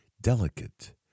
delicate